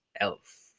Elf